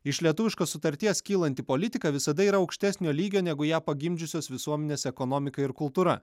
iš lietuviškos sutarties kylanti politika visada yra aukštesnio lygio negu ją pagimdžiusios visuomenės ekonomika ir kultūra